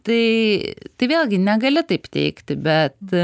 tai tai vėlgi negali taip teigti bet